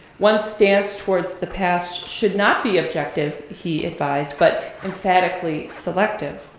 one's stance towards the past should not be objective, he advised but emphatically selective.